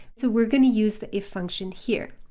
so we're going to use the if function here.